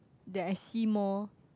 that I see more